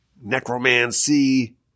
necromancy